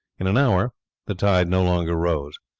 in an hour the tide no longer rose.